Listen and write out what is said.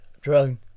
drone